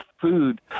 food